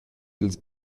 dils